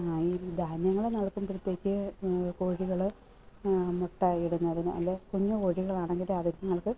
ഈ ധാന്യങ്ങൾ നൽകുമ്പോഴത്തേക്ക് കോഴികൾ മുട്ട ഇടുന്നതിന് അല്ലെങ്കിൽ കുഞ്ഞു കോഴികളാണെങ്കിൽ അതിങ്ങൾക്ക്